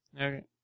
Okay